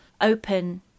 open